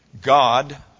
God